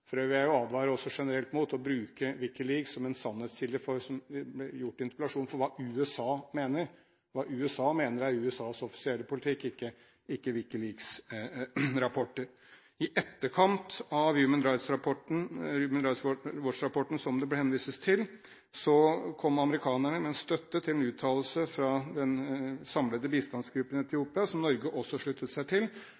For øvrig vil jeg advare generelt mot å bruke WikiLeaks som en sannhetskilde, som gjort i interpellasjonen, for hva USA mener. Hva USA mener, er USAs offisielle politikk, ikke WikiLeaks-rapporter. I etterkant av Human Rights Watch-rapporten som det henvises til, kom amerikanerne med støtte til en uttalelse fra den samlede bistandsgruppen i Etiopia, som Norge også sluttet seg til,